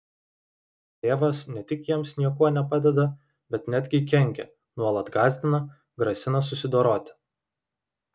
tėvas ne tik jiems niekuo nepadeda bet netgi kenkia nuolat gąsdina grasina susidoroti